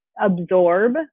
absorb